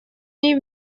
ней